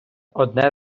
одне